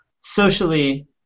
socially